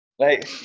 Right